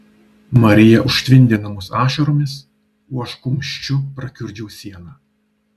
marija užtvindė namus ašaromis o aš kumščiu prakiurdžiau sieną